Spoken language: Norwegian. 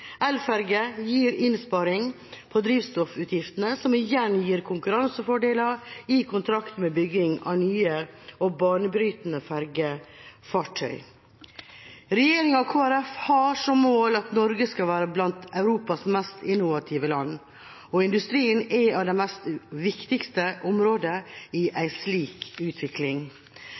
gir innsparing på drivstoffutgiftene, som igjen gir konkurransefordeler i kontrakter ved bygging av nye og banebrytende fergefartøy. Regjeringa og Kristelig Folkeparti har som mål at Norge skal være blant Europas mest innovative land, og industrien er blant de viktigste områdene i